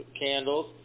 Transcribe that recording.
candles